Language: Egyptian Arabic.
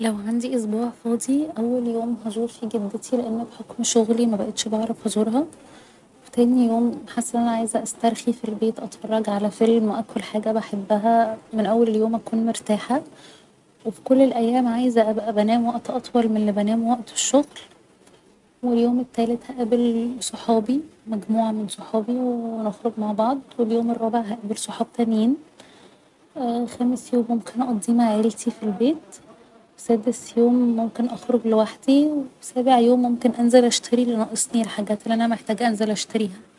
لو عندي اسبوع فاضي اول يوم هزور فيه جدتي لأن بحكم شغلي مبقتش بعرف أزورها تاني يوم حاسة إن أنا عايزة استرخي في البيت أتفرج على فيلم اكل حاجة بحبها من اول اليوم أكون مرتاحة و في كل الأيام عايزة أبقى بنام وقت اطول من اللي بنامه وقت الشغل و اليوم التالت هقابل صحابي مجموعة من صحابي و نخرج مع بعض و اليوم الرابع هقابل صحاب تانيين خامس يوم ممكن اقضيه مع عيلتي في البيت سادس يوم ممكن اخرج لوحدي و سابع يوم ممكن انزل اشتري اللي ناقصني الحاجات اللي أنا محتاجة انزل اشتريها